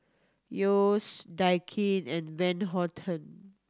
Yeo's Daikin and Van Houten